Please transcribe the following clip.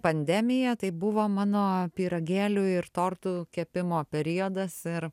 pandemija tai buvo mano pyragėlių ir tortų kepimo periodas ir